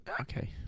Okay